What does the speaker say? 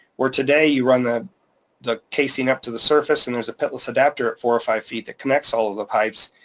where today, you run the the casing up to the surface and there's a pitless adapter at four or five feet that connects all of the pipes,